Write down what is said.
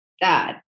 Dad